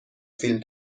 فیلم